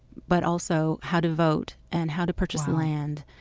but also how to vote, and how to purchase land,